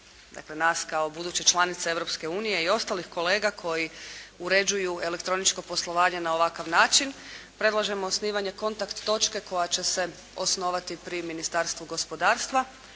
dakle nas kao buduće članice Europske unije i ostalih kolega koji uređuju elektroničko poslovanje na ovakav način predlažemo osnivanje kontakt točke koja će se osnovati pri Ministarstvu gospodarstva,